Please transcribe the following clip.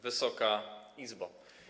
Wysoka Izbo!